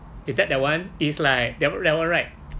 you tap that one is like that one that one right